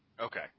Okay